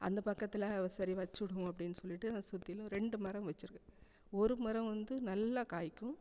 அந்தப் பக்கத்தில் சரி வச்சுடுவோன்னு அப்படின்னு சொல்லிவிட்டு அது சுற்றிலும் ரெண்டு மரம் வச்சுருக்கேன் ஒரு மரம் வந்து நல்லா காய்க்கும்